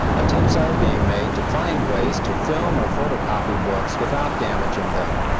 attempts are being made to find ways to film or photocopy books without damaging them,